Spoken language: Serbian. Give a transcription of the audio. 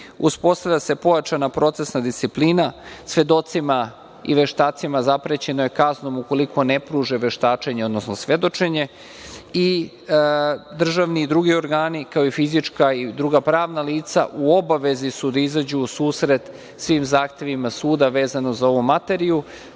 dokaze. Uspostavlja se pojačana procesna disciplina. Svedocima i veštacima zaprećeno je kaznom ukoliko ne pruže veštačenje, odnosno svedočenje. Državni i drugi organi, kao i fizička i druga pravna lica u obavezi su da izađu u susret svim zahtevima suda vezano za ovu materiju